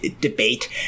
debate